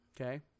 okay